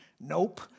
nope